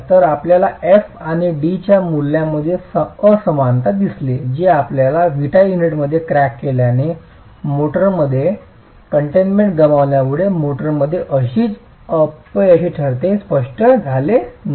तर आपल्याला F आणि D च्या मूल्यांमध्ये असमानता दिसली जी आपल्याला विटा युनिटमध्ये क्रॅक केल्याने मोर्टारमध्ये कनफाईंडमेंट गमावल्यामुळे मोर्टारमध्येच अपयशी ठरते हे स्पष्ट झाले नाही